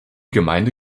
gemeinde